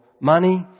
money